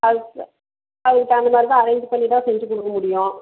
அதுக்கு அதுக்கு தகுந்தமாதிரி தான் அரேஞ்ச் பண்ணி தான் செய்துக் கொடுக்க முடியும்